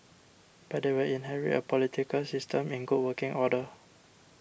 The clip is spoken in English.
but they will inherit a political system in good working order